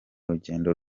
rugendo